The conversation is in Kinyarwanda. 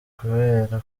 kubera